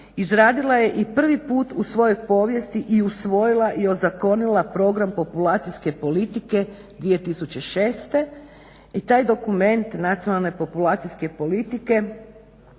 izradila je i prvi puta u svojoj povijesti i usvojila i ozakonila program populacijske politike 2006.i taj dokument nacionalne populacijske politike